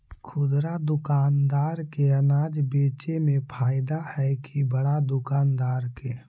खुदरा दुकानदार के अनाज बेचे में फायदा हैं कि बड़ा दुकानदार के?